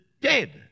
dead